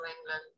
England